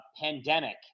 pandemic